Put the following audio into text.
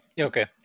Okay